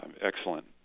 excellent